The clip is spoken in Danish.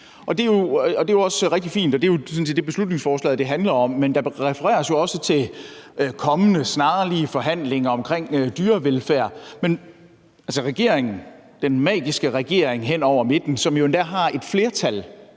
og det er også rigtig fint; det er jo sådan set også det, beslutningsforslaget handler om. Der refereres også til kommende snarlige forhandlinger omkring dyrevelfærd, men regeringen, den magiske regering hen over midten, som jo endda har et flertal,